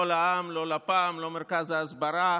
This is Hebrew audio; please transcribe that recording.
לא לע"מ, לא לפ"מ, לא מרכז ההסברה.